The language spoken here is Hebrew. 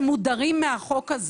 שמודרים מהחוק הזה,